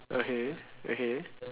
okay okay